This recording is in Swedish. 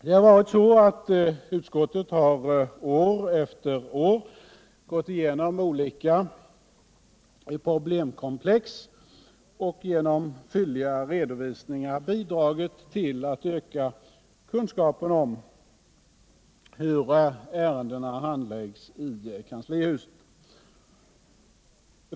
Det har varit så att utskottet år efter år har gått igenom olika problemkomplex och genom fylliga redovisningar bidragit till att öka kunskapen om hur ärendena handläggs i kanslihuset.